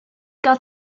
gael